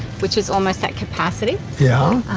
which is almost at capacity. yeah.